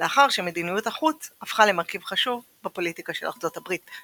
לאחר שמדיניות החוץ הפכה למרכיב חשוב בפוליטיקה של ארצות הברית,